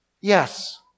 Yes